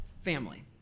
family